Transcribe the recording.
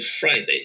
Friday